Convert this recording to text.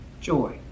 Joy